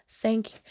Thank